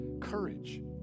courage